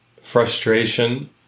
Frustration